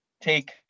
take